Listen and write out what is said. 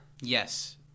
yes